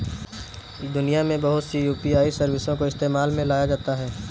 दुनिया में बहुत सी यू.पी.आई सर्विसों को इस्तेमाल में लाया जाता है